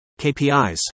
KPIs